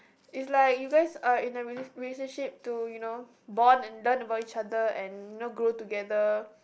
is like you guys are in a rela~ relationship to you know bond and learn about each other and you know grow together